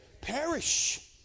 perish